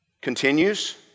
continues